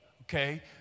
okay